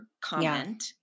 comment